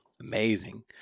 amazing